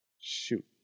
Shoot